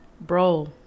bro